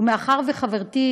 מאחר שחברתי,